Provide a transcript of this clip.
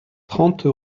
trente